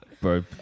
Bro